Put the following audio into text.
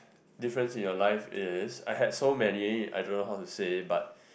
difference in your life is I had so many I don't know how to say but